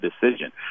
decision